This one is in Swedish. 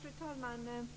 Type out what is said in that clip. Fru talman!